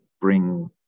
bring